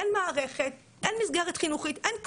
אין מערכת, אין מסגרת חינוכית, אין כלום.